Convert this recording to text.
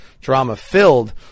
drama-filled